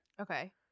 Okay